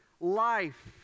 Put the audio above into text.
life